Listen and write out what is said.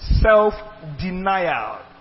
self-denial